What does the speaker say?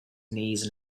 knees